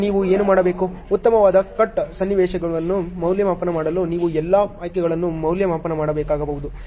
ಈಗ ನೀವು ಏನು ಮಾಡಬೇಕು ಉತ್ತಮವಾದ ಕಟ್ ಸನ್ನಿವೇಶವನ್ನು ಮೌಲ್ಯಮಾಪನ ಮಾಡಲು ನೀವು ಎಲ್ಲಾ ಆಯ್ಕೆಗಳನ್ನು ಮೌಲ್ಯಮಾಪನ ಮಾಡಬೇಕಾಗಬಹುದು